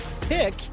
pick